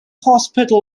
hospital